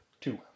Two